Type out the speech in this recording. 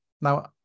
now